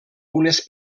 unes